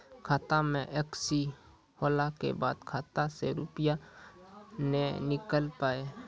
खाता मे एकशी होला के बाद खाता से रुपिया ने निकल पाए?